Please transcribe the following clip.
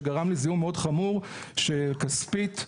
שגרם לזיהום מאוד חמור של כספית,